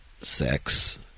sex